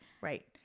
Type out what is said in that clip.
Right